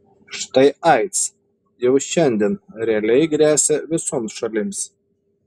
štai aids jau šiandien realiai gresia visoms šalims